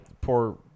poor